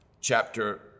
chapter